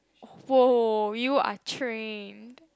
!woah! you are trained